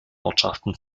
ortschaften